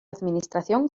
administración